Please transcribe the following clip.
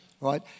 right